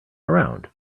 around